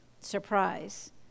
surprise